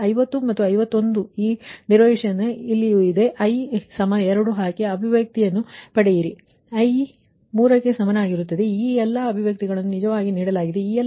ಈ 50 ಮತ್ತು 51 ಈ ಡೆರಿವೇಶನ್ ಇದೆ i2 ಹಾಕಿ ಅಭಿವ್ಯಕ್ತಿ ಪಡೆಯಿರಿi 3 ಕ್ಕೆ ಸಮನಾಗಿರುತ್ತದೆ ಈ ಎಲ್ಲಾ ಅಭಿವ್ಯಕ್ತಿಗಳನ್ನು ನಿಜವಾಗಿ ನೀಡಲಾಗಿದೆ